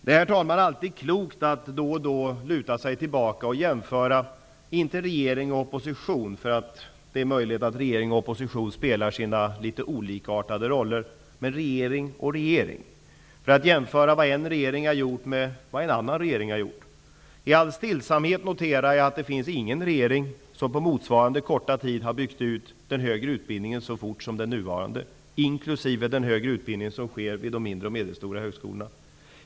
Det är alltid klokt att då och då luta sig tillbaka för att göra en jämförelse, inte mellan regering och opposition, eftersom det är möjligt att regering och opposition spelar sina något olikartade roller, men mellan regering och regering; detta för att jämföra vad en regering har gjort med vad en annan regering har gjort. I all stillsamhet noterar jag att det inte finns någon regering som på motsvarande korta tid har byggt ut den högre utbildningen så fort som den nuvarande, detta inklusive den utbildning som sker vid de mindre och medelstora högskolorna.